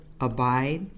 abide